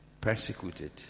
persecuted